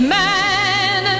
man